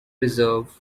reserve